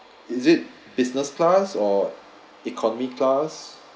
is it business class or economy class